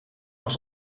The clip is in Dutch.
was